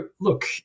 look